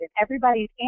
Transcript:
everybody's